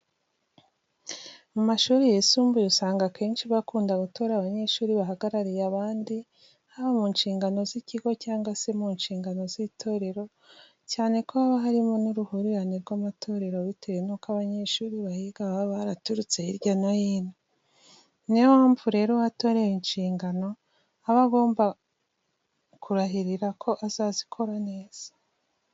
Mu mashuri yisumbuye usanga akenshi bakunda gutora abanyeshuri bahagarariye abandi, haba mu nshingano z'ikigo cyangwa se mu nshingano z'itorero cyane ko haba harimo n'uruhurirane rw'amatorero bitewe nuko abanyeshuri bahiga baba baraturutse hirya no hino. Ni yo mpamvu rero uwatorewe inshingano aba agomba kurahirira ko azazikora neza.